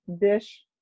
dish